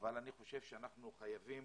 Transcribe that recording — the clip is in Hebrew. אבל אני חושב שאנחנו חייבים